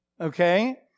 okay